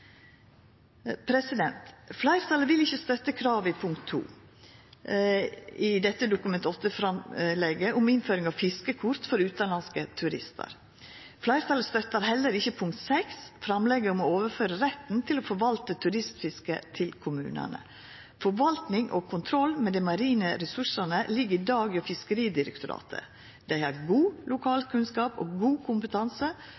Fleirtalet vil ikkje støtta kravet i punkt 2 i dette Dokument-8-framlegget, om innføring av fiskekort for utanlandske turistar. Fleirtalet støttar heller ikkje punkt 6, framlegget om å overføra retten til å forvalta turistfiske til kommunane. Forvaltning og kontroll med dei marine ressursane ligg i dag hjå Fiskeridirektoratet. Dei har god